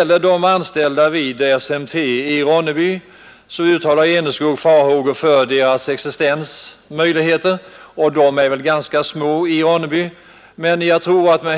Herr Enskog uttalar vidare vissa farhågor beträffande sysselsättningsmöjligheterna för de anställda vid SMT i Ronneby, och dessa utsikter är väl ganska små i Ronneby, men med